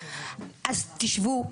אז תשבו,